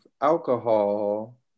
alcohol